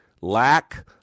Lack